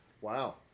Wow